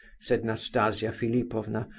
said nastasia philipovna,